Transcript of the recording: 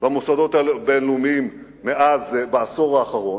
במוסדות הבין-לאומיים בעשור האחרון.